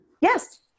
Yes